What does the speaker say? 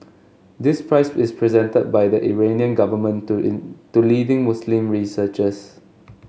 this prize is presented by the Iranian government to in to leading Muslim researchers